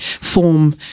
form